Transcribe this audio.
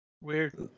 Weird